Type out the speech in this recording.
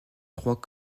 trois